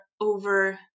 over